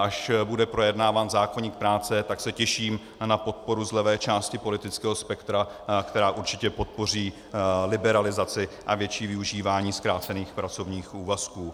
Až bude projednáván zákoník práce, tak se těším na podporu z levé části politického spektra, která určitě podpoří liberalizaci a větší využívání zkrácených pracovních úvazků.